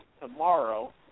tomorrow